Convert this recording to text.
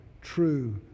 true